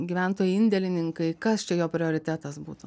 gyventojai indėlininkai kas čia jo prioritetas būtų